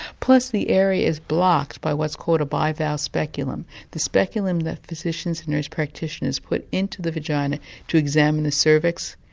plus the area is blocked by what's called a bivalve speculum. the speculum that physicians and nurse practitioners put into the vagina to examine the cervix,